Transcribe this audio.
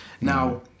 Now